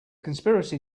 conspiracy